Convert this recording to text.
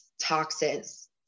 toxins